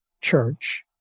church